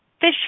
fish